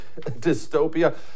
Dystopia